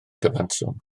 cyfanswm